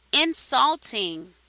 insulting